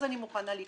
אז אני מוכנה לקפוץ.